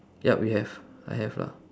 yup we have I have lah